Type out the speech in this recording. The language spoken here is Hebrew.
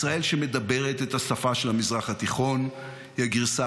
ישראל שמדברת את השפה של המזרח התיכון היא הגרסה